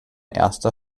erster